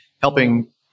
helping